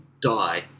die